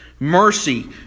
Mercy